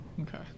Okay